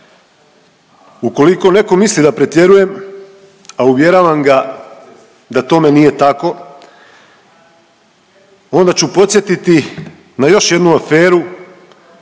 Ukoliko netko misli da pretjerujem, a uvjeravam ga da tome nije tako onda ću podsjetiti na još jednu aferu,